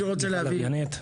בתמיכה לוויינית.